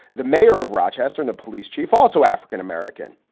the mayor of rochester, new police chief, also african-american.